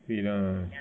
对 lah